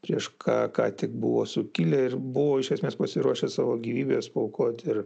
prieš ką ką tik buvo sukilę ir buvo iš esmės pasiruošę savo gyvybes paaukoti ir